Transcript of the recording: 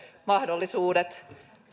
mahdollisuudet